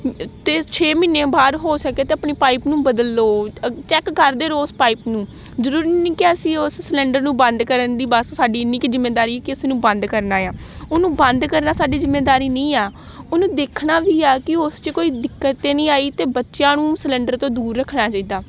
ਅਤੇ ਛੇ ਮਹੀਨੇ ਬਾਅਦ ਹੋ ਸਕੇ ਤਾਂ ਆਪਣੀ ਪਾਈਪ ਨੂੰ ਬਦਲ ਲਉ ਚੈੱਕ ਕਰਦੇ ਰਹੋ ਉਸ ਪਾਈਪ ਨੂੰ ਜ਼ਰੂਰੀ ਨਹੀਂ ਕਿ ਅਸੀਂ ਉਸ ਸਿਲੰਡਰ ਨੂੰ ਬੰਦ ਕਰਨ ਦੀ ਬਸ ਸਾਡੀ ਇੰਨੀ ਕੁ ਜ਼ਿੰਮੇਦਾਰੀ ਕਿ ਅਸੀਂ ਉਹਨੂੰ ਬੰਦ ਕਰਨਾ ਆ ਉਹਨੂੰ ਬੰਦ ਕਰਨਾ ਸਾਡੀ ਜ਼ਿੰਮੇਦਾਰੀ ਨਹੀਂ ਆ ਉਹਨੂੰ ਦੇਖਣਾ ਵੀ ਆ ਕਿ ਉਸ 'ਚ ਕੋਈ ਦਿੱਕਤ ਤਾਂ ਨਹੀਂ ਆਈ ਅਤੇ ਬੱਚਿਆਂ ਨੂੰ ਸਿਲੰਡਰ ਤੋਂ ਦੂਰ ਰੱਖਣਾ ਚਾਹੀਦਾ